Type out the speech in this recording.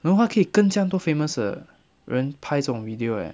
然后他可以跟这样多 famous 的人拍这种 video eh